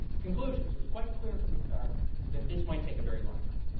conclusions, it was quite clear from the start that this might take a very long time.